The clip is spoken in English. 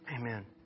Amen